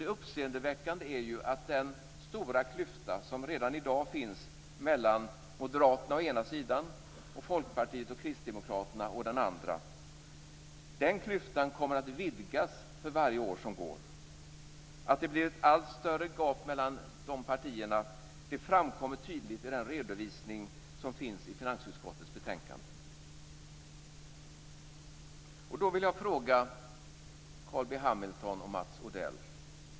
Det uppseendeväckande är att den stora klyfta som redan i dag finns mellan Moderaterna å ena sidan och Folkpartiet och Kristdemokraterna å andra sidan kommer att vidgas för varje år som går. Att det blir ett allt större gap mellan de partierna framkommer tydligt i den redovisning som finns i finansutskottets betänkande.